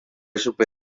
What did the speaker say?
chupe